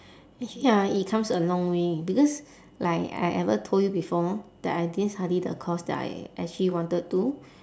ya it comes a long way because like I ever told you before that I didn't study the course that I actually wanted to